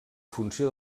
funció